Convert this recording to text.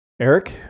Eric